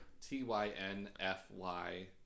t-y-n-f-y